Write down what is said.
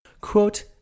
Quote